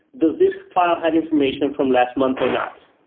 does this file had information from last month or not?